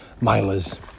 Milers